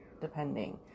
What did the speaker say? depending